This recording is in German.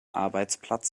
arbeitsplatz